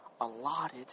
allotted